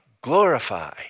glorify